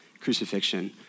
crucifixion